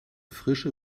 frische